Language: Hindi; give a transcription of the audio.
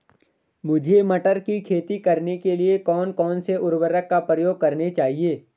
मुझे मटर की खेती करने के लिए कौन कौन से उर्वरक का प्रयोग करने चाहिए?